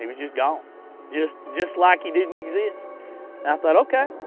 it was just gone. just just like he didn't exist. i thought okay,